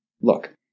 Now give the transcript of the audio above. Look